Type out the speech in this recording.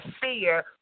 fear